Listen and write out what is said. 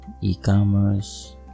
e-commerce